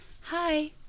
Hi